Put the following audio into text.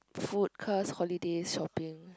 food class holiday shopping